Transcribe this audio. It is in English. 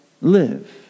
live